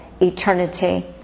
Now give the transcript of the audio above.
eternity